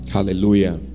Hallelujah